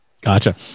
Gotcha